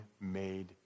made